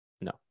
no